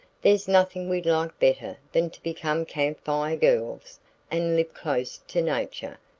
there's nothing we'd like better than to become camp fire girls and live close to nature,